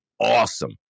awesome